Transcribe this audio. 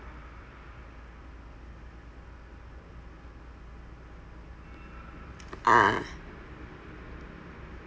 uh